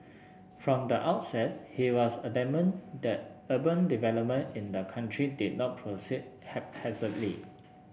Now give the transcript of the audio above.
from the outset he was adamant that urban development in the country did not proceed haphazardly